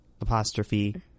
apostrophe